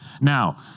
Now